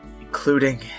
Including